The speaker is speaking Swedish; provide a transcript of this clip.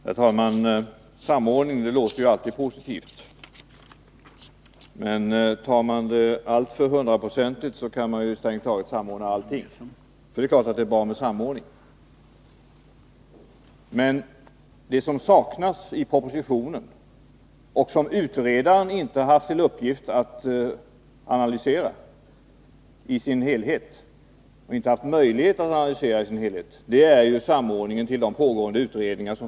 Herr talman! Samordning låter ju alltid positivt. Men tar man det alltför hundraprocentigt kan man samordna strängt taget allting. Det är klart att det är bra med samordning. Men det som saknas i propositionen, och som utredaren inte haft till uppgift att analysera i dess helhet — och inte heller haft möjlighet att analysera i dess helhet — är samordningen till andra pågående utredningar.